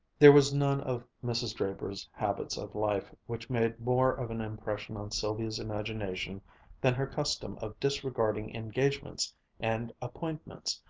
there was none of mrs. draper's habits of life which made more of an impression on sylvia's imagination than her custom of disregarding engagements and appointments,